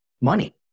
money